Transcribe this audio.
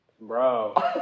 bro